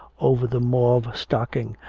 over the mauve stocking,